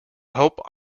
hope